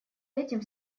этим